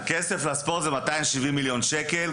הכסף לספורט הוא 270 מיליון שקל.